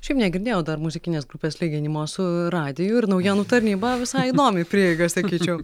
šiaip negirdėjau dar muzikinės grupės lyginimo su radiju ir naujienų tarnyba visai įdomi prieiga sakyčiau